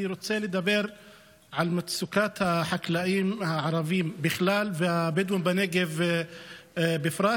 אני רוצה לדבר על מצוקת החקלאים הערבים בכלל והבדואים בנגב בפרט.